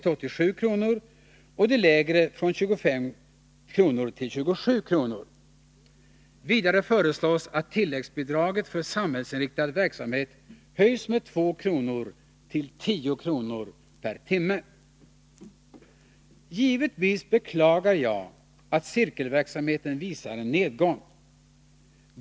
till 87 kr. och det lägre från 25 kr. till 27 kr. Vidare föreslås att tilläggsbidraget för samhällsinriktad verksamhet höjs med 2 kr. till 10 kr. per timme. Givetvis beklagar jag att cirkelverksamheten visar en nedgång.